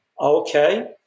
Okay